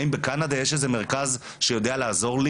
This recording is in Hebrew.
האם בקנדה קיימים מרכזים שיודעים לעזור?